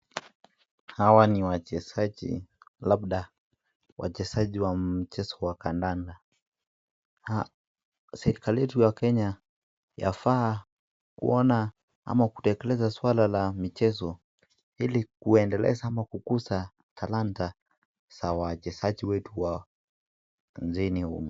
Hawa ni wachezaji, labda wachezaji wa mchezo wa kandanda. Serikali yetu ya Kenya yafaa kuona ama kutekeleza swala la mchezo ili kuendeleza au kukuza talanta za wachezaji wetu wazidi ku...